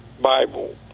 Bible